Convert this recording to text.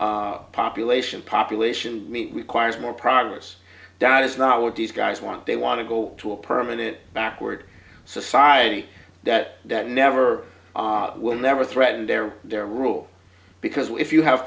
breeds population population mean requires more progress that is not what these guys want they want to go to a permanent backward society that that never will never threaten their their rule because if you have